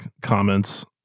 comments